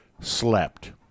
slept